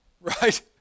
Right